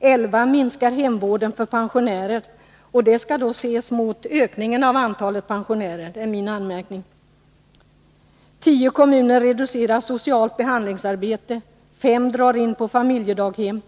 11 minskar hemvården för pensionärer — något som enligt min mening skall ses mot ökningen av antalet pensionärer. 10 kommuner reducerar socialt behandlingsarbete. 5 drar in på familjedaghem.